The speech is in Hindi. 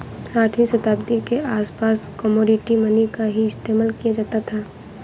आठवीं शताब्दी के आसपास कोमोडिटी मनी का ही इस्तेमाल किया जाता था